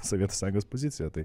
sovietų sąjungos pozicija tai